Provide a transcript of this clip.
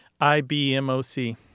IBMOC